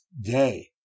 day